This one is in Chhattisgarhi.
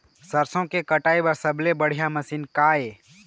सरसों के कटाई बर सबले बढ़िया मशीन का ये?